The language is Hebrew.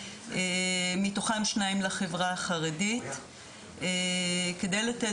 מתוכם שניים לחברה החרדית כדי לתת